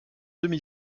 demi